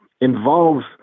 involves